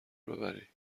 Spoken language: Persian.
ببری